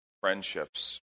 friendships